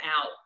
out